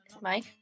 Mike